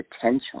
potential